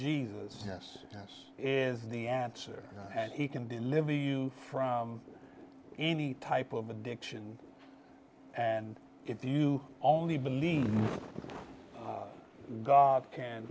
jesus yes yes is the answer and he can deliver you from any type of addiction and if you only believe god